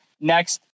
Next